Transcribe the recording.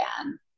again